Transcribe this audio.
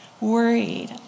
worried